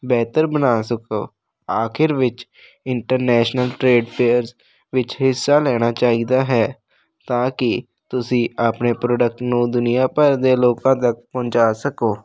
ਬਿਹਤਰ ਬਣਾ ਸਕੋ ਆਖਿਰ ਵਿੱਚ ਇੰਟਰਨੈਸ਼ਨਲ ਟਰੇਡ ਫੇਅਰਸ ਵਿੱਚ ਹਿੱਸਾ ਲੈਣਾ ਚਾਹੀਦਾ ਹੈ ਤਾਂ ਕਿ ਤੁਸੀਂ ਆਪਣੇ ਪ੍ਰੋਡਕਟ ਨੂੰ ਦੁਨੀਆਂ ਭਰ ਦੇ ਲੋਕਾਂ ਤੱਕ ਪਹੁੰਚਾ ਸਕੋ